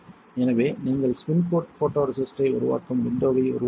எனவே நீங்கள் spin coat போட்டோரெசிஸ்ட்டை உருவாக்கும் விண்டோவை உருவாக்குங்கள்